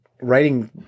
writing